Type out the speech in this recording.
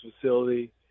facility